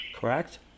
Correct